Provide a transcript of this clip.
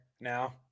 now